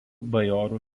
bajorų